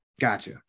gotcha